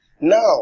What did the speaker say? Now